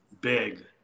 big